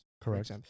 Correct